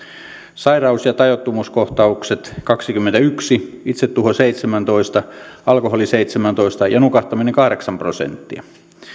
sairaus ja tajuttomuuskohtaukset kaksikymmentäyksi itsetuho seitsemäntoista alkoholi seitsemäntoista ja nukahtaminen kahdeksan prosenttia